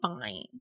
fine